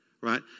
Right